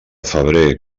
febrer